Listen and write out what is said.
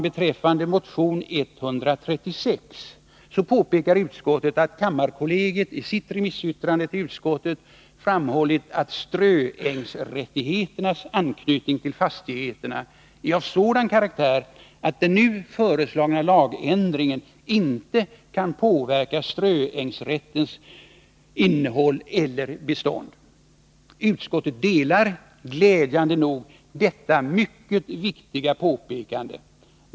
Beträffande motion 136 slutligen påpekar utskottet att kammarkollegiet i sitt remissyttrande till utskottet framhållit att ströängsrättigheternas anknytning till fastigheterna är av sådan karaktär att den nu föreslagna lagändringen inte kan påverka ströängsrättens innehåll eller bestånd. Utskottet delar glädjande nog detta mycket viktiga påpekande.